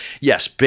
yes